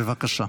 בבקשה.